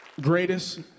Greatest